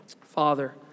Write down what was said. Father